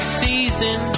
season